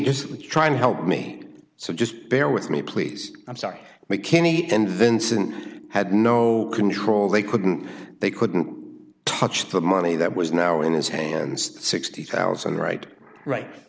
just trying to help me so just bear with me please i'm sorry we can't eat and then sin had no control they couldn't they couldn't touch the money that was now in his hands sixty thousand right right